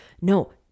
No